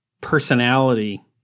personality